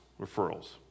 referrals